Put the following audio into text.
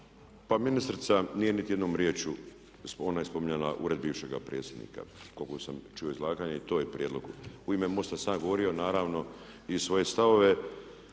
Pa ministrica nije niti jednom riječju, ona je spominjala ured bivšeg predsjednika koliko sam čuo izlaganje i to je prijedlog. U ime MOST-a sam ja govorio naravno i svoje stavove